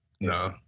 No